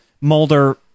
Mulder